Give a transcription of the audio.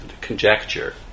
conjecture